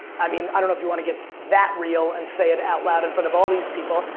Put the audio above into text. i mean i don't if you want to get that real and say it out loud in front of all these people.